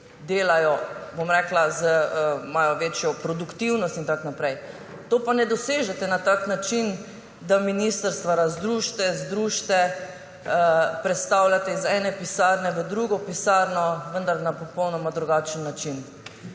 bolj operativni, imajo večjo produktivnost in tako naprej. Tega pa ne dosežete na tak način, da ministrstva razdružite, združite, prestavljate iz ene pisarne v drugo pisarno, vendar na popolnoma drugačen način.